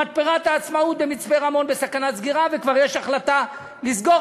מתפרת "העצמאות" במצפה-רמון בסכנת סגירה וכבר יש החלטה לסגור.